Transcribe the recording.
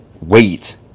wait